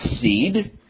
seed